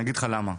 אני אגיד לך למה.